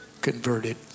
converted